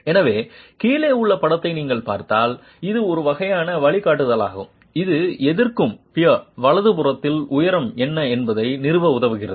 எனவே கீழே உள்ள படத்தை நீங்கள் பார்த்தால் இது ஒரு வகையான வழிகாட்டுதலாகும் இது எதிர்க்கும் பியர் வலதுபுறத்தின் உயரம் என்ன என்பதை நிறுவ உதவுகிறது